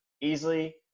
easily